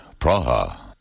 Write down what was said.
Praha